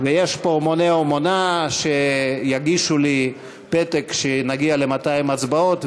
ויש פה מונה או מונה שיגישו לי פתק כשנגיע ל-200 הצבעות,